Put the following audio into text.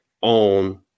on